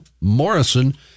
Morrison